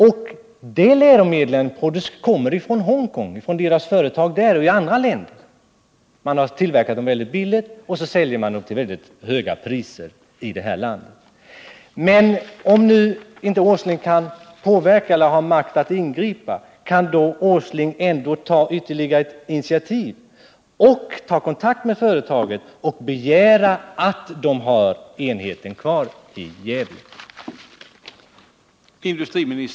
Dessa läromedel kommer från Esseltes företag i Hongkong och i andra länder. Läromedlen har tillverkats mycket billigt, varefter de säljs till väldigt höga priser i det här landet. Om nu herr Åsling inte har makt att ingripa, kan herr Åsling ändå ta ytterligare ett initiativ och sätta sig i förbindelse med företaget och begära att enheten i Gävle behålls?